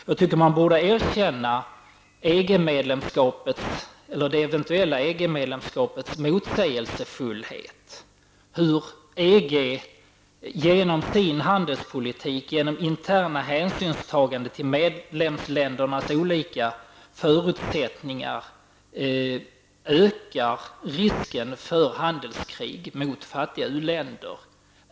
Jag tycker att man bör erkänna det eventuella EG medlemskapets motsägelsefullhet och hur EG genom sin handelspolitik och interna hänsynstaganden till medlemsländernas olika förutsättningar ökar risken för handelskrig mot fattiga länder.